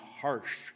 harsh